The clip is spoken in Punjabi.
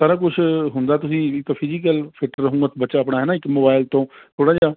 ਸਾਰਾ ਕੁਝ ਹੁੰਦਾ ਤੁਸੀਂ ਇਕ ਫਿਜ਼ੀਕਲ ਫਿੱਟ ਰਹੂਗਾ ਬੱਚਾ ਆਪਣਾ ਹੈ ਨਾ ਇੱਕ ਮੋਬਾਈਲ ਤੋਂ ਥੋੜ੍ਹਾ ਜਿਹਾ